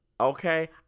Okay